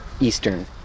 Eastern